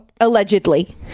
allegedly